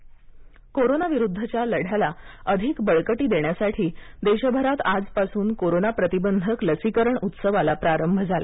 लसीकरण उत्सव कोरोनाविरुद्धचा लढ्याला अधिक बळकटी देण्यासाठी देशभरात आजपासून कोरोना प्रतिबंधक लसीकरण उत्सवाला प्रारंभ झाला